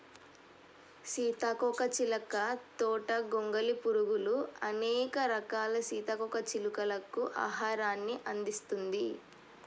సీతాకోక చిలుక తోట గొంగలి పురుగులు, అనేక రకాల సీతాకోక చిలుకలకు ఆహారాన్ని అందిస్తుంది